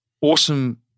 awesome